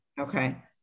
Okay